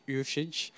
usage